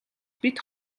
бид